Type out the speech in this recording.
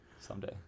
Someday